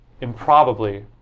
improbably